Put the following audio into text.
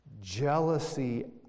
jealousy